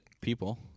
people